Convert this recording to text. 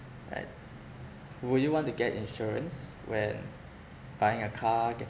right would you want to get insurance when buying a car